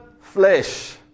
flesh